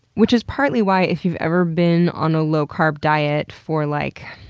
which is partly why, if you've ever been on a low-carb diet for, like,